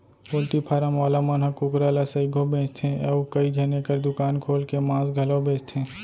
poultry farm वाला मन ह कुकरा ल सइघो बेचथें अउ कइझन एकर दुकान खोल के मांस घलौ बेचथें